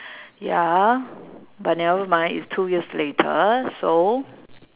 ya but nevermind is two years later so